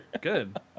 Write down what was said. Good